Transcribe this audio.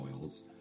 oils